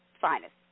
finest